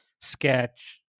sketch